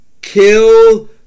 Kill